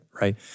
right